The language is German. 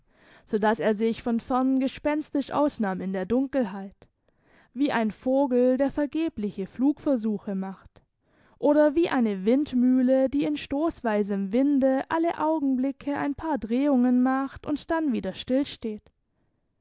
so dass er sich von fern gespenstisch ausnahm in der dunkelheit wie ein vogel der vergebliche flugversuche macht oder wie eine windmühle die in stossweisem winde alle augenblicke ein paar drehungen macht und dann wieder